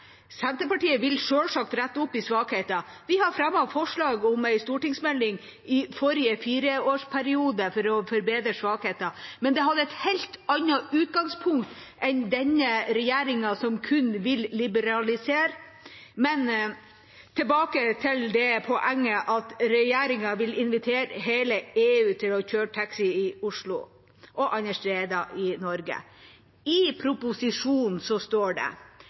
Senterpartiet vil selvsagt rette opp i svakheter. Vi har fremmet forslag om en stortingsmelding i forrige fireårsperiode for å forbedre svakheter, men det hadde et helt annet utgangspunkt enn det denne regjeringa har, som kun vil liberalisere. Tilbake til det poenget at regjeringa vil invitere hele EU til å kjøre taxi i Oslo og andre steder i Norge, for i proposisjonen står det: